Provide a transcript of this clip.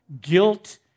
Guilt